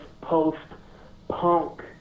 post-punk